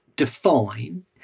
define